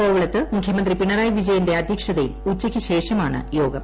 കോവളത്ത് മുഖ്യമന്ത്രി പിണറായി വിജയന്റെ അധ്യക്ഷതയിൽ ഉച്ചയ്ക്ക് ശേഷമാണ് യോഗം